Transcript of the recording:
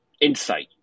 insight